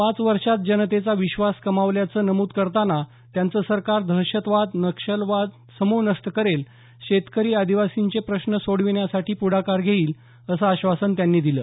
पाच वर्षांत जनतेचा विश्वास कमवल्याचं नमुद करताना त्यांचं सरकार दहशतवाद नक्षलवाद समूळ नष्ट करेल शेतकऱी आदिवासींचे प्रश्न सोडवण्यासाठी प्रढाकार घेईल असं आश्वासन त्यांनी दिलं